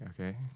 Okay